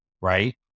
right